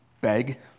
Beg